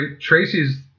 Tracy's